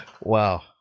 Wow